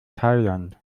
thailand